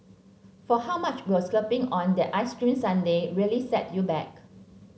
for how much will splurging on that ice cream sundae really set you back